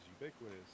ubiquitous